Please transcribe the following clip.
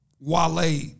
Wale